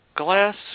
Glass